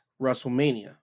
WrestleMania